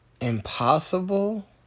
impossible